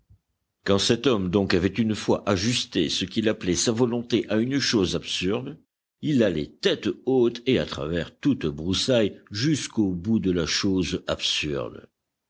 quand cet homme donc avait une fois ajusté ce qu'il appelait sa volonté à une chose absurde il allait tête haute et à travers toute broussaille jusqu'au bout de la chose absurde